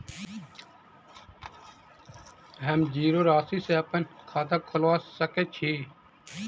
हम जीरो राशि सँ अप्पन खाता खोलबा सकै छी?